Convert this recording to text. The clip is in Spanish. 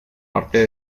parte